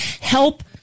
help